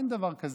אין דבר כזה.